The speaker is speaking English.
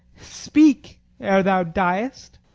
speak ere thou diest.